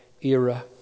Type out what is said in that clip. era